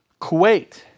Kuwait